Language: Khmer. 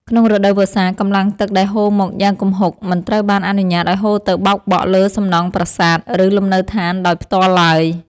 ក្នុងរដូវវស្សា កម្លាំងទឹកដែលហូរមកយ៉ាងគំហុកមិនត្រូវបានអនុញ្ញាតឱ្យហូរទៅបោកបក់លើសំណង់ប្រាសាទ ឬលំនៅដ្ឋានដោយផ្ទាល់ឡើយ។